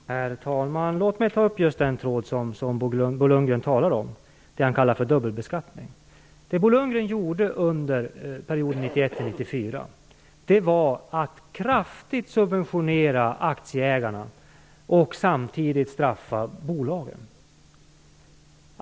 Herr talman! Låt mig ta upp Bo Lundgrens tråd när han talar om det han kallar dubbelbeskattning. Det Bo Lundgren gjorde under perioden 1991-94 var att kraftigt subventionera aktieägarna och samtidigt straffa bolagen.